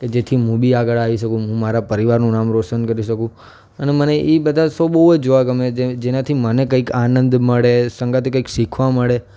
કે જેથી મું બી આગળ આવી શકું મું મારા પરિવારનું નામ રોશન કરી શકું અને મને એ બધા સો બહુ જ જોવા ગમે જે જેનાથી મને કંઈક આનંદ મળે સંગાથે કંઈક શીખવા મળે